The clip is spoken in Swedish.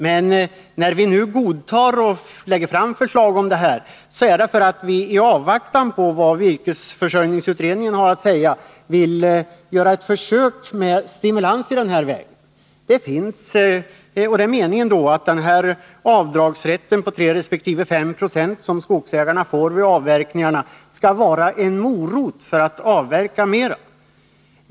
Men när vi nu godtar och även lägger fram förslag på det här området, så är det för att vi i avvaktan på vad virkesförsörjningsutredningen har att säga vill göra ett försök till stimulanser i den här vägen. Det är då meningen att rätten till avdrag på 3 resp. 5 Jo för skogsägarna när det gäller avverkningarna skall vara en ”morot” för att de skall avverka mera.